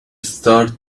start